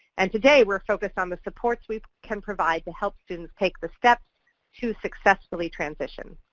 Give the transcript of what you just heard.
and today we're focused on the supports we can provide to help students take the steps to successfully transition.